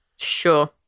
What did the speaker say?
Sure